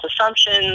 assumptions